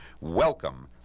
welcome